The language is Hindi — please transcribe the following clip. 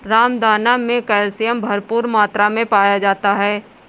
रामदाना मे कैल्शियम भरपूर मात्रा मे पाया जाता है